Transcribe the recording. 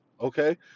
okay